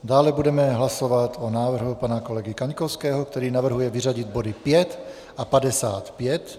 Dále budeme hlasovat o návrhu pana kolegy Kaňkovského, který navrhuje vyřadit body 5 a 55.